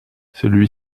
celui